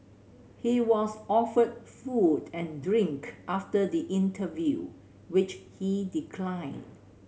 he was offered food and drink after the interview which he declined